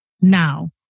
now